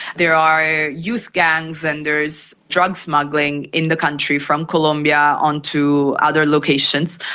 there are youth gangs and there is drug smuggling in the country from colombia on to other locations,